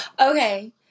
Okay